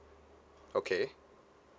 okay